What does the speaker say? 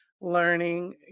learning